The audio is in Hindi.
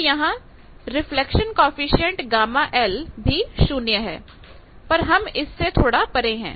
फिर यहां रिफ्लेक्शन कॉएफिशिएंट ΓL भी शून्य है पर हम इससे थोड़ा परे हैं